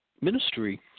Ministry